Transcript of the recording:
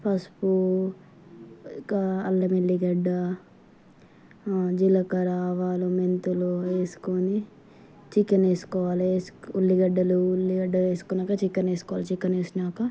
పసుపు కా అల్లం వెల్లిగడ్డ జీలకర్ర ఆవాలు మెంతులు వేసుకొని చికెన్ వేసుకోవాలి వేసుకొని ఉల్లిగడ్డలు ఉల్లిగడ్డలు వేసుకున్నాక చికెన్ వేసుకోవాలి చికెన్ వేసినాక